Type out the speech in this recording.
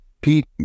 Pete